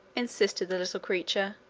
insisted the little creature.